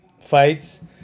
fights